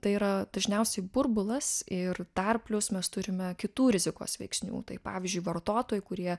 tai yra dažniausiai burbulas ir dar plius mes turime kitų rizikos veiksnių tai pavyzdžiui vartotojai kurie